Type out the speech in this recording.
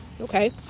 okay